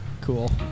cool